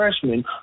freshman